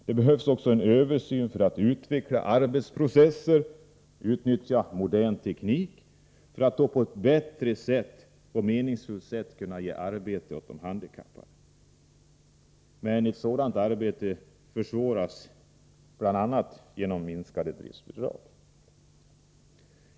Det behövs också en översyn i syfte att utveckla arbetsprocesser och utnyttja modern teknik för att man på ett bättre sätt skall kunna bereda meningsfullt arbete åt svårt handikappade. Ett sådant arbete försvåras bl.a. genom minskade driftbidrag.